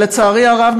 לצערי הרב,